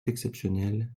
exceptionnel